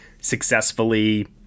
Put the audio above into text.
successfully